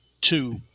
two